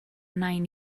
nain